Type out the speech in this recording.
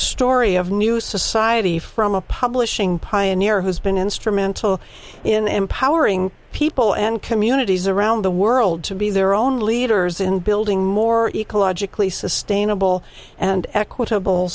story of new society from a publishing pioneer who's been instrumental in empowering people and communities around the world to be their own leaders in building more ecologically sustainable and equitable